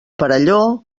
perelló